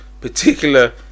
particular